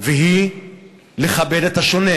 שהוא לכבד את השונה.